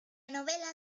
novela